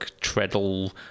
treadle